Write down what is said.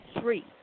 three